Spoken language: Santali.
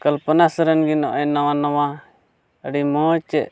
ᱠᱚᱞᱯᱚᱱᱟ ᱥᱚᱨᱮᱱ ᱜᱮ ᱱᱚᱜᱼᱚᱭ ᱱᱟᱣᱟ ᱱᱟᱣᱟ ᱟᱹᱰᱤ ᱢᱚᱡᱽ